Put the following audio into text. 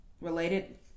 related